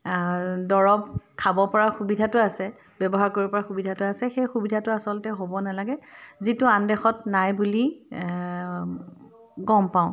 দৰৱ খাব পৰা সুবিধাটো আছে ব্যৱহাৰ কৰিব পৰা সুবিধাটো আছে সেই সুবিধাটো আচলতে হ'ব নালাগে যিটো আন দেশত নাই বুলি গম পাওঁ